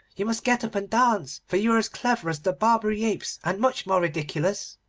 you must get up and dance, for you are as clever as the barbary apes, and much more ridiculous